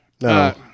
No